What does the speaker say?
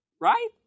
Right